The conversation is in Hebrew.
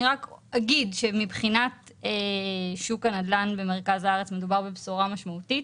אני רק אגיד שמבחינת שוק הנדל"ן במרכז הארץ מדובר בבשורה משמעותית,